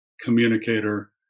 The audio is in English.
communicator